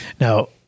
Now